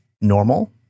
normal